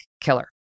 killer